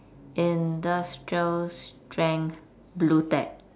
industrial strength blu tack